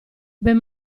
ben